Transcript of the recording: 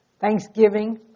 thanksgiving